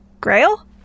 Grail